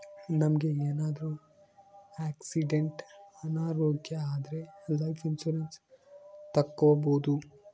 ನಮ್ಗೆ ಏನಾದ್ರೂ ಆಕ್ಸಿಡೆಂಟ್ ಅನಾರೋಗ್ಯ ಆದ್ರೆ ಲೈಫ್ ಇನ್ಸೂರೆನ್ಸ್ ತಕ್ಕೊಬೋದು